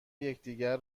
یکدیگر